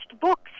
books